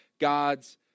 God's